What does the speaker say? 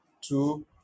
Two